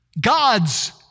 God's